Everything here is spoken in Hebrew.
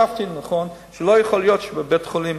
חשבתי לנכון שלא יכול להיות שבבית-חולים,